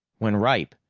when ripe,